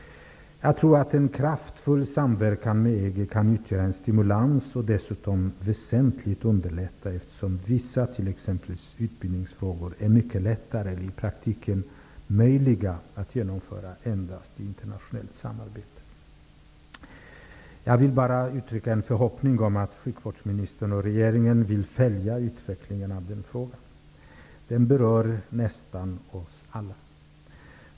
Jag tror att en kraftfull samverkan med EG kan utgöra en stimulans och dessutom väsentligt kan underlätta, eftersom vissa åtgärder, t.ex. utbildningsåtgärder, är mycket lättare att i praktiken genomföra i ett internationellt samarbete. Jag vill bara uttrycka en förhoppning om att sjukvårdsministern och regeringen vill följa utvecklingen av denna fråga. Den berör nästan oss alla.